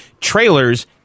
trailers